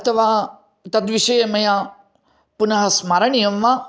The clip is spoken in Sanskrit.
अथवा तद्विषये मया पुनः स्मारणीयं वा